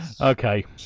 Okay